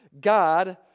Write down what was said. God